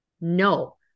No